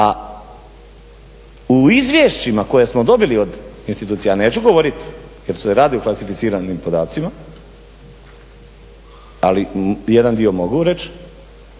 A u izvješćima koje smo dobili od institucija, ja neću govoriti jer se radi o klasificiranim podacima, ali jedan dio mogu reći,